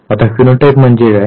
आता फिनोटाइप म्हणजे काय